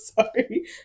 Sorry